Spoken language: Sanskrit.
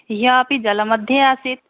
ह्यः अपि जलमध्ये आसीत्